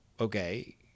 okay